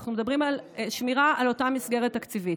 אנחנו מדברים על שמירה על אותה מסגרת תקציבית.